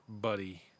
buddy